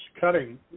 cutting